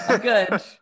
good